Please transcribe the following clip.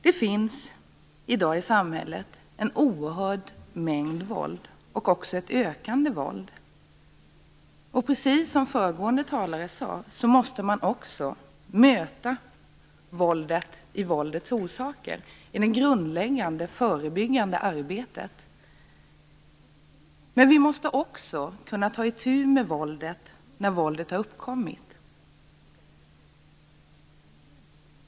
Det finns i dag i samhället oerhört mycket våld och också ett ökande våld. Precis som föregående talare sade måste man i det grundläggande och förebyggande arbetet möta våldet genom att komma till rätta med våldets orsaker. Men vi måste också kunna ta itu med våldet när våldet har uppkommit.